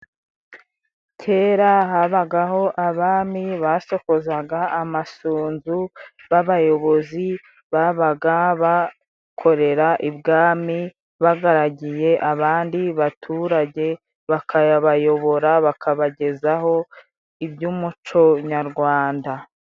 Kera habagaho abami basokozaga amasunzu b'abayobozi. Babaga bakorera ibwami bagaragiye abandi baturage, bakabayobora bakabagezaho iby'umuco nyarwanda.